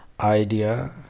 idea